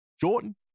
Jordan